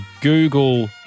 Google